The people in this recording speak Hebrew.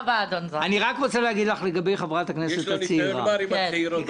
יש לו ניסיון מר עם הצעירות בוועדת הכספים.